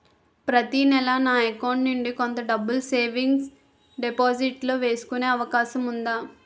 ప్రతి నెల నా అకౌంట్ నుండి కొంత డబ్బులు సేవింగ్స్ డెపోసిట్ లో వేసుకునే అవకాశం ఉందా?